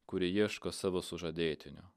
kuri ieško savo sužadėtinio